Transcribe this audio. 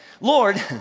Lord